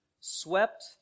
swept